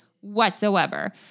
whatsoever